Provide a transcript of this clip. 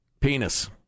penis